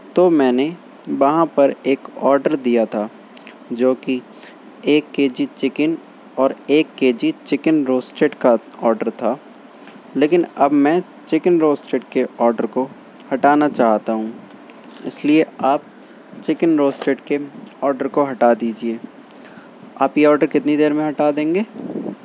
تو میں نے وہاں پر ایک آڈر دیا تھا جو کہ ایک کے جی چکن اور ایک کے جی چکن روسٹیڈ کا آڈر تھا لیکن اب میں چکن روسٹیڈ کے آڈر کو ہٹانا چاہتا ہوں اس لیے آپ چکن روسٹیڈ کے آڈر کو ہٹا دیجیے آپ یہ آڈر کتنی دیر میں ہٹا دیں گے